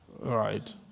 Right